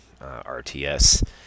RTS